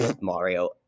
Mario